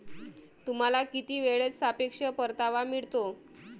तुम्हाला किती वेळेत सापेक्ष परतावा मिळतो?